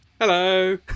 Hello